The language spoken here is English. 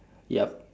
yup